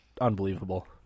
unbelievable